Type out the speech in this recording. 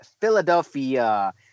Philadelphia